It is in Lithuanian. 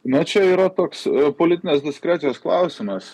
na čia yra toks politinės diskrecijos klausimas